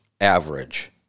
average